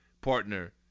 partner